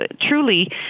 truly